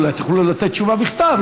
אולי תוכלו לתת תשובה בכתב.